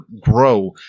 grow